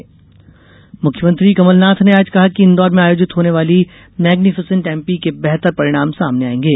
summit CM मुख्यमंत्री कमलनाथ ने आज कहा कि इंदौर में आयोजित होने वाली मैग्नीफिसेंट एमपी के बेहतर परिणाम सामने आएंगे